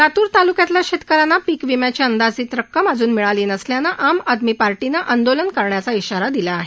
लातूर ताल्क्यातील शेतक यांना पीकविम्याची अंदाजित रक्कम अजून मिळाली नसल्याने आम आदमी पार्टीने आंदोलन करण्याचा इशारा दिला आहे